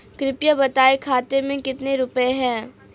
कृपया बताएं खाते में कितने रुपए हैं?